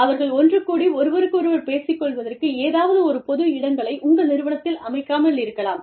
அவர்கள் ஒன்று கூடி ஒருவருக்கொருவர் பேசிக் கொள்வதற்கு ஏதுவான ஒரு பொது இடங்களை உங்கள் நிறுவனத்தில் அமைக்காமல் இருக்கலாம்